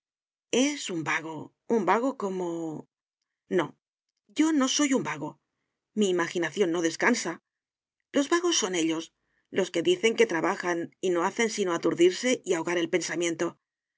es un vago un vago como no yo no soy un vago mi imaginación no descansa los vagos son ellos los que dicen que trabajan y no hacen sino aturdirse y ahogar el pensamiento